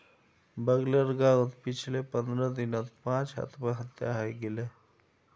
बगलेर गांउत पिछले पंद्रह दिनत पांच आत्महत्या हइ गेले